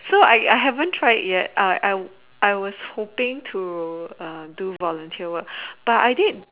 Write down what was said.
so I I haven't try it yet I I was hoping to um do volunteer work but I did